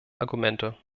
argumente